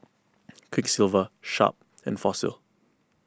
Quiksilver Sharp and Fossil